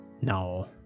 No